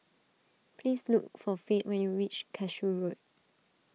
please look for Fate when you reach Cashew Road